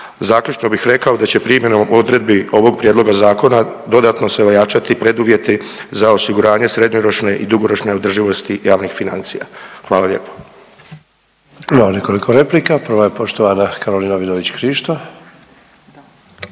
Zaključno bih rekao da će primjenom odredbi ovog Prijedloga zakona dodatno se ojačati preduvjeti za osiguranje srednjoročne i dugoročne održivosti javnih financija. Hvala lijepo. **Sanader, Ante (HDZ)** Imamo nekoliko replika. Prva je poštovana Karolina Vidović Krišto.